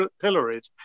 pilloried